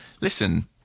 listen